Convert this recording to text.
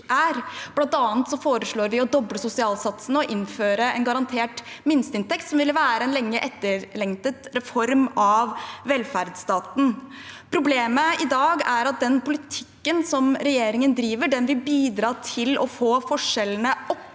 Blant annet foreslår vi å doble sosialsatsene og innføre en garantert minsteinntekt, som ville være en lenge etterlengtet reform av velferdsstaten. Problemet i dag er at den politikken som regjeringen driver, vil bidra til å få forskjellene opp